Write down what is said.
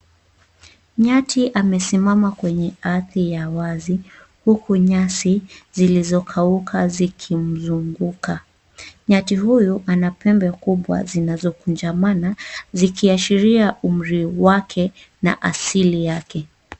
Nyati amesimama kwenye ardhi ya wazi huku nyasi zilizokauka zikimzunguka. Nyati huyu ana pembe kubwa zinazokujamana zikiashiria umri wake na asili yake.